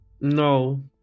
No